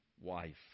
wife